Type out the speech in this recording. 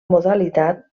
modalitat